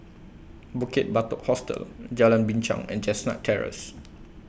Bukit Batok Hostel Jalan Binchang and Chestnut Terrace